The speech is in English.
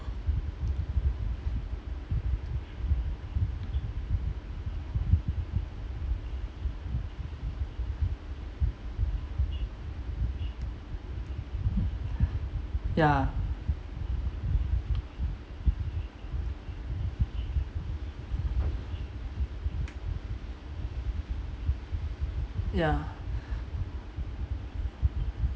yeah yeah